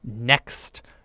next